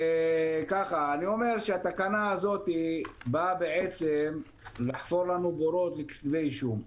אני אומר שהתקנה הזאת באה לחפור לנו בורות לכתבי אישום.